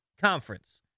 Conference